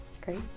Great